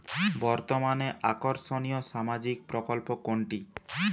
বর্তমানে আকর্ষনিয় সামাজিক প্রকল্প কোনটি?